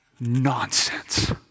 Nonsense